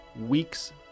weeks